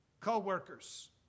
co-workers